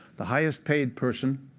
the highest paid person